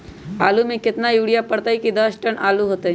आलु म केतना यूरिया परतई की दस टन आलु होतई?